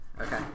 Okay